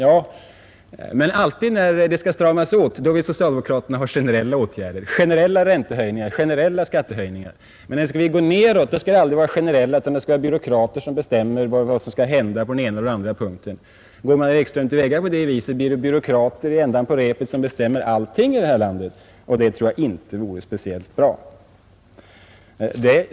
När det skall stramas åt på grund av inflation och annat, vill socialdemokraterna alltid ha generella åtgärder — generella räntehöjningar, generella skattehöjningar — men när det går nedåt skall det alltid vara speciella åtgärder dvs. byråkrater som bestämmer vad som skall hända på den ena eller den andra punkten. Om man handlar på det sättet, herr Ekström, blir det till slut byråkrater som håller i allting i det här landet, och det tror jag inte vore särskilt bra.